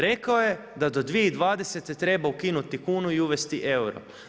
Rekao je da 2020. treba ukinuti kunu i uvesti euro.